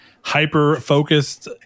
hyper-focused